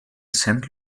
saint